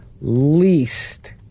least